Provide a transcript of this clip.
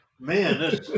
man